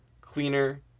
cleaner